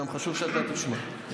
חשוב שגם אתה תשמע,